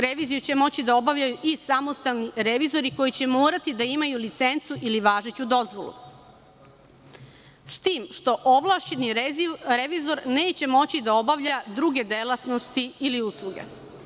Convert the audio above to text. Reviziju će moći da obavljaju i samostalni revizori koji će morati da imaju licencu ili važeću dozvolu, s tim što ovlašćeni revizor neće moći da obavlja druge delatnosti ili usluge.